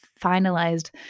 finalized